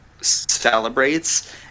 celebrates